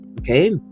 Okay